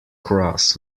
cross